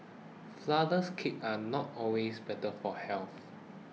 Flourless Cakes are not always better for health